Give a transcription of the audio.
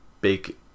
big